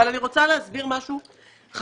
אבל אני רוצה להסביר משהו חשוב.